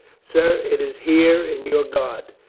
sir, it is here in your guard.